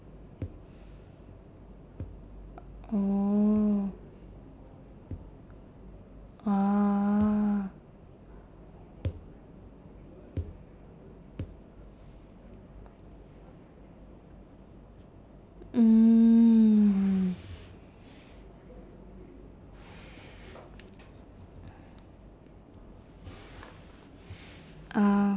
oh ah mm ah